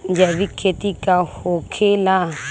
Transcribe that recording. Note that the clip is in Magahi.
जैविक खेती का होखे ला?